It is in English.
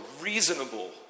reasonable